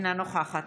אינה נוכחת